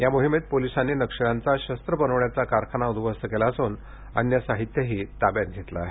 या मोहिमेत पोलिसांनी नक्षल्यांचा शस्त्र बनवण्याचा कारखाना उदध्वस्त केला असून अन्य साहित्यही ताब्यात घेतले आहे